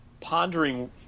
pondering